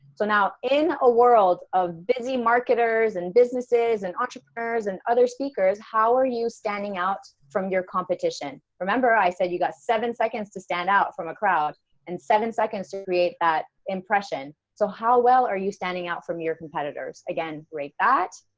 so now in a world of busy marketers and businesses and entrepreneurs and other speakers, how are you standing out from your competition? remember, i said you got seven seconds to stand out from a crowd and seven seconds to create that impression. ao so how well are you standing out from your competitors? again rate that.